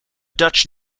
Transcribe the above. dutch